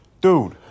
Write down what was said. dude